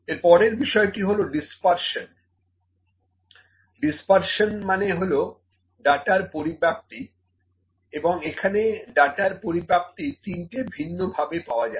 এর পরের বিষয়টি হলো ডিসপারশন ডিসপারশন মানে হলো ডাটার পরিব্যাপ্তি এবং এখানে ডাটার পরিব্যাপ্তি তিনটি ভিন্ন ভাবে পাওয়া যায়